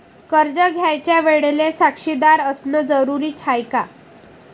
कर्ज घ्यायच्या वेळेले साक्षीदार असनं जरुरीच हाय का?